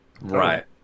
right